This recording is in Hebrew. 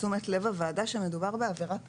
תשומת לב הוועדה שמדובר בעבירה פלילית.